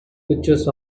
pictures